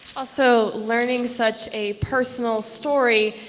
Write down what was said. also, learning such a personal story,